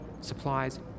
supplies